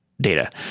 data